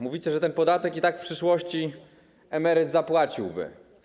Mówicie, że ten podatek i tak w przyszłości emeryt by zapłacił.